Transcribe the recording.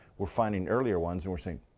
we're finding earlier ones, and we're saying,